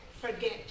forget